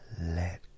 let